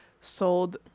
sold